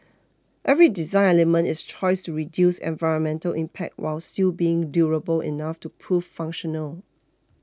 every design element is a choice to reduce environmental impact while still being durable enough to prove functional